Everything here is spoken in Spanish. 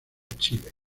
chile